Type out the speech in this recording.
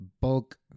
bulk